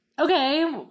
Okay